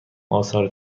آثار